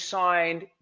signed